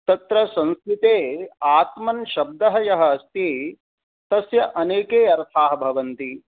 तत्र संस्कृते आत्मन् शब्दः यः अस्ति तस्य अनेके अर्थाः भवन्ति